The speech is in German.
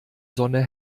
sonne